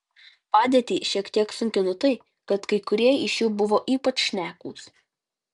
padėtį šiek tiek sunkino tai kad kai kurie iš jų buvo ypač šnekūs